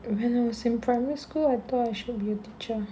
when I was in primary school I thought I should be a teacher